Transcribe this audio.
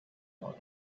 more